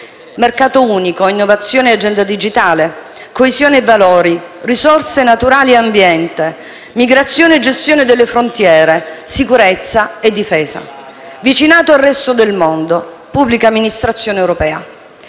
mercato unico; innovazione e agenda digitale; coesione e valori; risorse naturali e ambiente; migrazione e gestione delle frontiere; sicurezza e difesa, vicinato e resto del mondo e pubblica amministrazione europea.